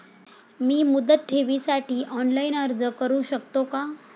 मी मुदत ठेवीसाठी ऑनलाइन अर्ज करू शकतो का?